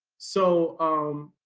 so, um,